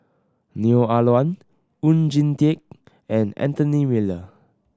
Neo Ah Luan Oon Jin Teik and Anthony Miller